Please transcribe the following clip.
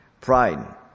Pride